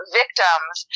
victims